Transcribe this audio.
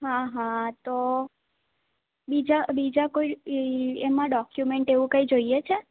હા હા તો બીજા બીજા કોઈ એમા ડોક્યુમેન્ટ એવું કંઈ જોઈએ છે